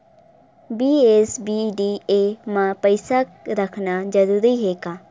BSBDA मा पईसा रखना जरूरी हे का?